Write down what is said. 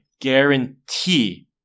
guarantee